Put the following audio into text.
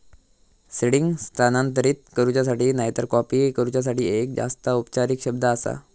seeding स्थानांतरित करूच्यासाठी नायतर कॉपी करूच्यासाठी एक जास्त औपचारिक शब्द आसा